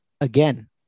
again